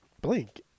Blink